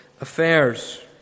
affairs